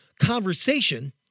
Conversation